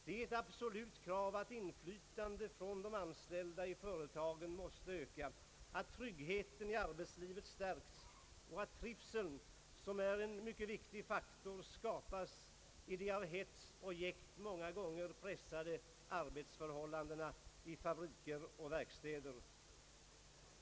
Det är ett absolut krav att inflytandet från de anställda i företaget måste öka, att tryggheten i arbetslivet stärks och att trivsel, som är en mycket viktig faktor, skapas i de av hets och jäkt många gånger pressade arbetsförhållandena i fabriker och verkstäder.